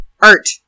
art